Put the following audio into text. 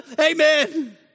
amen